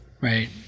right